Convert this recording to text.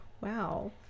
Wow